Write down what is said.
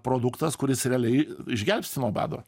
produktas kuris realiai išgelbsti nuo bado